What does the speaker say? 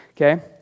okay